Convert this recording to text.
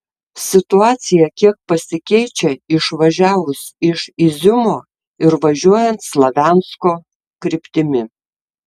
situacija kiek pasikeičia išvažiavus iš iziumo ir važiuojant slaviansko kryptimi